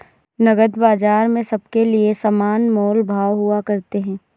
नकद बाजार में सबके लिये समान मोल भाव हुआ करते हैं